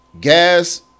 Gas